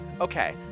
Okay